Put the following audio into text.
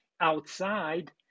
outside